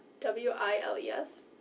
W-I-L-E-S